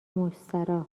مستراح